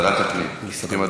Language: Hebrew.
לוועדת הפנים.